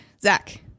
Zach